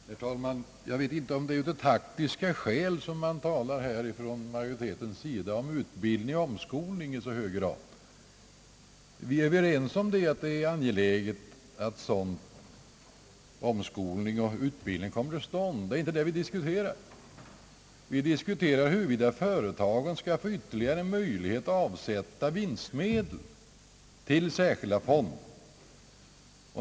Herr talman! Jag vet inte om det är av taktiska skäl som man från utskottsmajoritetens sida i så hög grad talar om utbildning och omskolning. Vi är överens om att det är angeläget att sådan omskolning och utbildning kommer till stånd. Det är inte det vi diskuterar. Vi diskuterar om företagen skall få ytterligare en möjlighet att avsätta vinstmedel till särskilda fonder.